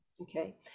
Okay